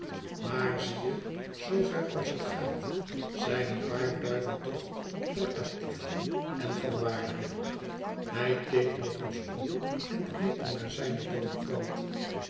maar zie je zoover als het gaat zijn een paar duiven toch portatief en van waarde hij keek nog eens om en knikte naar zijne doode plant